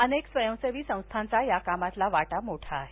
अनेक स्वयंसेवी संस्थांचा या कामातला बाटा मोठा आहे